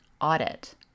audit